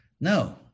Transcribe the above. No